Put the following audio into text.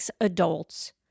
adults